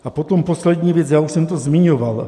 A potom poslední věc, já už jsem to zmiňoval.